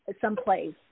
someplace